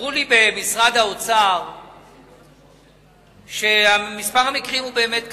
אמרו לי במשרד האוצר שמספר המקרים הוא באמת קטן.